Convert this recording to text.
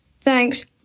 Thanks